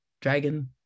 dragon